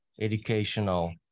educational